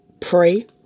Pray